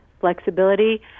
flexibility